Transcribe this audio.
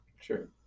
Sure